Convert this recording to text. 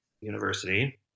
university